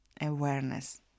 awareness